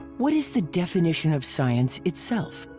what is the definition of science itself?